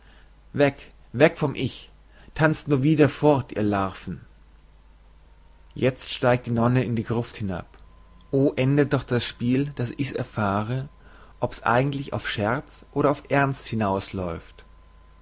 weg weg vom ich tanzt nur wieder fort ihr larven jezt steigt die nonne in die gruft hinab o endet doch das spiel daß ich's erfahre ob's eigentlich auf scherz oder auf ernst hinausläuft